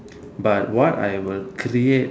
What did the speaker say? but what I will create